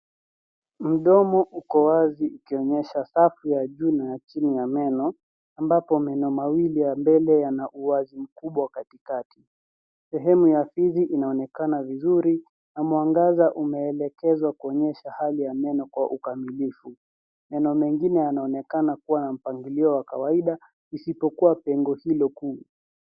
Mdomo uko wazi, ikionyesha safu ya juu na ya chini ya meno, ambapo meno mawili ya mbele yana uwazi mkubwa katikati. Sehemu ya kizi inaonekana vizuri, na mwangaza umeelekezwa kuonyesha hali ya meno kwa ukamilifu. Meno mengine yanaonekana kuwa na mpangilio wa kawaida isipokuwa pengo hilo kubwa.